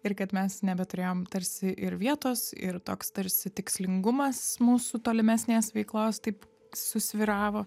ir kad mes nebeturėjom tarsi ir vietos ir toks tarsi tikslingumas mūsų tolimesnės veiklos taip susvyravo